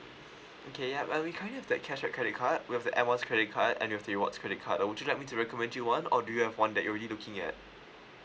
okay yup uh we currently have the cashback credit card we have the air miles credit card and we've the rewards credit card uh would you like me to recommend you one or do you have one that you're already looking at